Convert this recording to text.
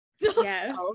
Yes